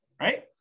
right